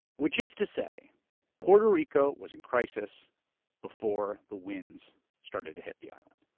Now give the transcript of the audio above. which is to say puerto rico was in crisis before the winds started to hit the island.